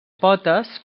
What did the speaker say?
potes